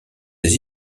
des